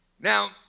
Now